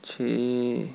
!chey!